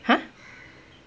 !huh!